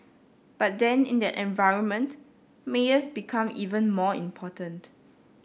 but then in that environment mayors become even more important